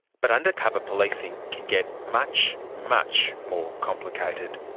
but undercover policing can get much much more complicated.